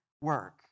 work